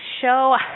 show